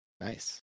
Nice